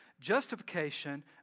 Justification